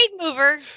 mover